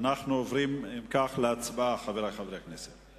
אנחנו עוברים להצבעה, חברי חברי הכנסת.